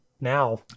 Now